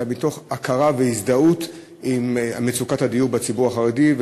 אלא מתוך הכרה והזדהות עם מצוקת הדיור בציבור החרדי,